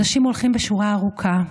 אנשים הולכים בשורה ארוכה,